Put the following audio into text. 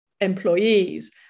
employees